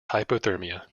hypothermia